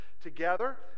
together